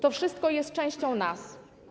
To wszystko jest częścią nas.